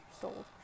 sold